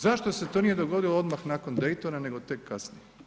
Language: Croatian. Zašto se to nije dogodilo odmah nakon Deytona nego tek kasnije?